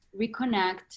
reconnect